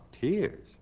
tears